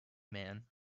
man